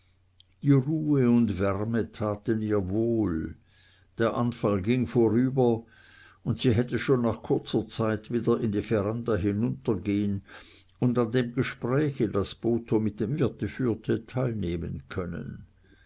die ruhe die wärme taten ihr wohl der anfall ging vorüber und sie hätte schon nach kurzer zeit wieder in die veranda hinuntergehn und an dem gespräche das botho mit dem wirte führte teilnehmen können